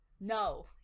No